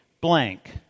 blank